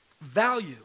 value